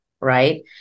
right